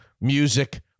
music